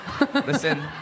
listen